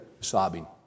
sobbing